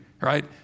right